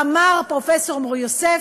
ואמר פרופ' מור-יוסף: